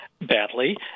Badly